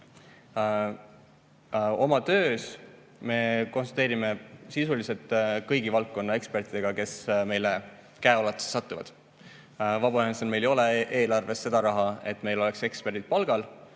Oma töös me konsulteerime sisuliselt kõigi valdkonnaekspertidega, kes meile käeulatusse satuvad. Vabaühendusena meil ei ole eelarves seda raha, et meil oleks eksperdid palgal,